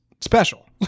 special